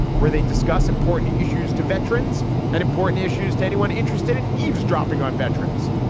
where they discuss important issues to veterans and important issues to anyone interested in eavesdropping on veterans.